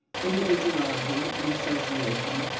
individuality and association,